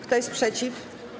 Kto jest przeciw?